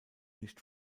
nicht